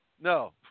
No